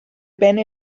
bene